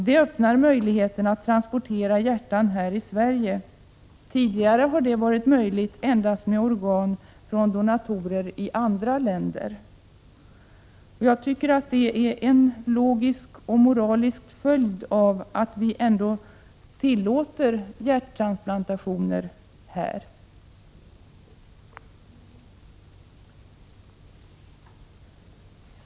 Det öppnar möjligheten att transplantera hjärtan även här i Sverige. Tidigare har det varit möjligt endast med organ från donatorer i andra länder. Det är logiskt och moraliskt att vi tillåter sådana transplantationer.